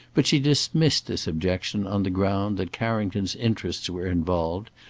but she dismissed this objection on the ground that carrington's interests were involved,